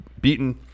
beaten